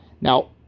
Now